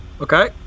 Okay